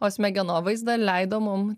o smegenovaizda leido mum